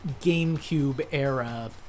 GameCube-era